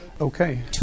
okay